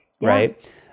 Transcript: right